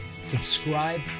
subscribe